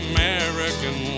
American